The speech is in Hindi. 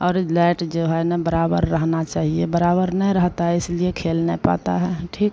और लाइट जो है ना बराबर रहना चाहिए बराबर न रहना है तो इसलिए खेल न पाता है ठिक